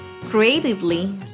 Creatively